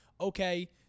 okay